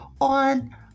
on